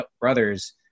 Brothers